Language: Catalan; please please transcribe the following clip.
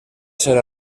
ser